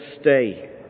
stay